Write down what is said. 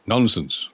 Nonsense